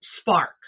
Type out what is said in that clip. spark